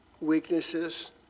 weaknesses